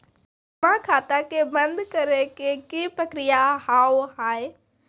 जमा खाता के बंद करे के की प्रक्रिया हाव हाय?